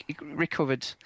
recovered